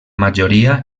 majoria